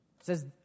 says